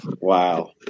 Wow